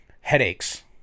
headaches